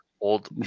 Old